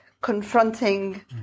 confronting